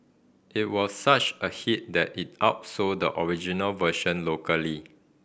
it was such a hit that it outsold the original version locally